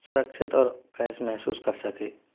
सुरक्षित और फ़्रेश महसूस कर सके